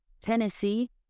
Tennessee